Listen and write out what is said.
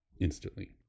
instantly